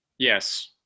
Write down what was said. Yes